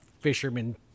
fisherman